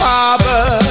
Father